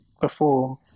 perform